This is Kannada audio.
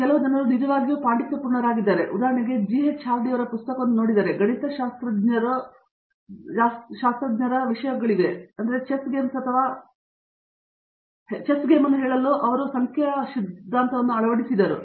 ಕೆಲವು ಜನರು ನಿಜವಾಗಿಯೂ ಹೆಚ್ಚು ಪಾಂಡಿತ್ಯಪೂರ್ಣರಾಗಿದ್ದಾರೆ ಮತ್ತು ಉದಾಹರಣೆಗೆ ನೀವು GH ಹಾರ್ಡಿಯವರ ಪುಸ್ತಕವನ್ನು ನೋಡಿದರೆ ಗಣಿತಶಾಸ್ತ್ರಜ್ಞರ ಕ್ಷಮೆಯಾಚಿಸಿದರೆ ಚೆಸ್ ಗೇಮ್ಸ್ ಅಥವಾ ಲೆಸ್ ಹೇಳಲು ಅವರ ಸಂಖ್ಯೆಯ ಸಿದ್ಧಾಂತವನ್ನು ಅಳವಡಿಸಲಾಗುವುದು